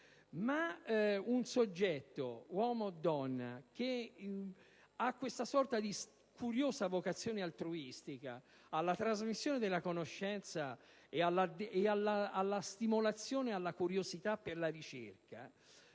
Ma un soggetto, uomo o donna, che ha questa sorta di furiosa vocazione altruistica alla trasmissione della conoscenza ed alla stimolazione della curiosità per la ricerca